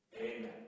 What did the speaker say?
Amen